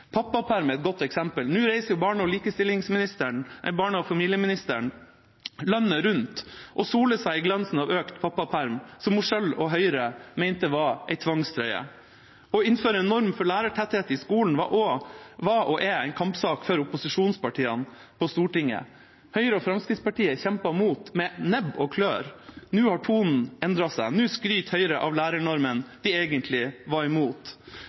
Pappaperm er et godt eksempel. Nå reiser barne- og familieministeren landet rundt og soler seg i glansen av økt pappaperm, som hun selv og Høyre mente var en tvangstrøye. Å innføre en norm for lærertetthet i skolen var og er en kampsak for opposisjonspartiene på Stortinget. Høyre og Fremskrittspartiet kjempet imot med nebb og klør. Nå har tonen endret seg. Nå skryter Høyre av den lærernormen de egentlig var imot.